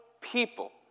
people